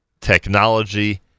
technology